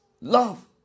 love